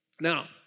Now